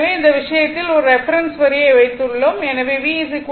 எனவே அந்த விஷயத்தில் ஒரு ரெஃபரென்ஸ் வரியை வைத்துக்கொள்வோம்